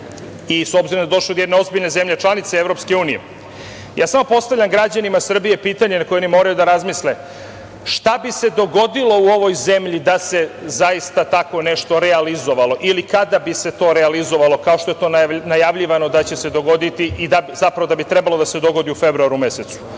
i s obzirom da je došao od jedne ozbiljne zemlje članice EU, ja samo postavljam građanima Srbije pitanje na koje oni moraju da razmisle - šta bi se dogodilo u ovoj zemlji da se zaista tako nešto realizovalo, ili kada bi se to realizovalo, kao što je to najavljivano da će se dogoditi, zapravo da bi trebalo da se dogodi u februaru mesecu,